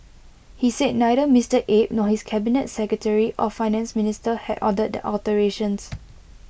he said neither Mister Abe nor his cabinet secretary or Finance Minister had ordered the alterations